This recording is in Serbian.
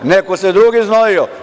Neko se drugi znojio.